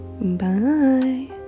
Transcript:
Bye